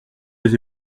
les